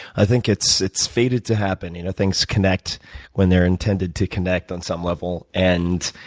i think it's it's fated to happen. you know, things connect when they're intended to connect on some level. and,